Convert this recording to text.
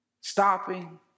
stopping